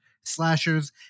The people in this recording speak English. Slashers